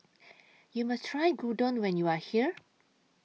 YOU must Try Gyudon when YOU Are here